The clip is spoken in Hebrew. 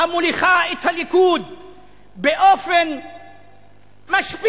המוליכה את הליכוד באופן משפיל,